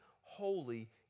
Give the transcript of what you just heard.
holy